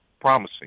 promising